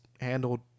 handled